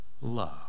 love